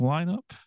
Lineup